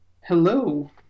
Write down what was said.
Hello